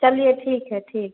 चलिए ठीक है ठीक है